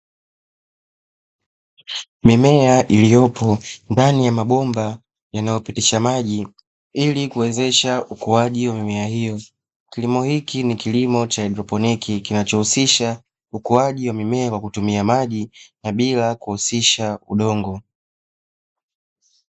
Mimea iliyopo ndani ya mabomba yanayo pitisha maji ili kuwezesha ukuaji wa mimea hiyo . Kilimo hichi ni kilimo cha hadroponi kinacho husisha ukuaji wa mimea kwa kutumia maji na bila kuhusisha udongo.